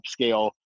upscale